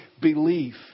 belief